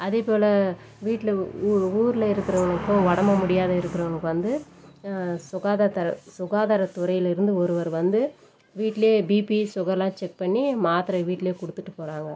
அதேபோல் வீட்டில் ஊரில் இருக்கிறவங்களுக்கும் உடம்பு முடியாது இருக்கிறவங்களுக்கு வந்து சுகாதாரத்துறையிலேருந்து ஒருவர் வந்து வீட்டிலையே பிபி சுகரெலாம் செக் பண்ணி மாத்திரையை வீட்டிலையே கொடுத்துட்டு போகிறாங்க